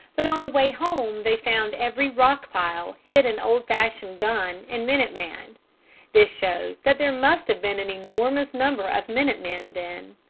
but on the way home they found every rock-pile hid an old-fashioned gun and minute-man. this shows that there must have been an enormous number of minute-men then.